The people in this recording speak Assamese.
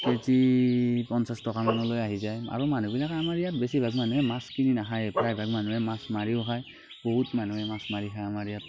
কেজি পঞ্চাছ টকা মানলৈ আহি যায় আৰু মানুহবিলাকে আমাৰ ইয়াত বেছিভাগ মানুহে মাছ কিনি নাখায়ে প্ৰায়ভাগ মানুহে মাছ মাৰিও খায় বহুত মানুহে মাছ মাৰি খায় আমাৰ ইয়াত